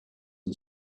and